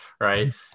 Right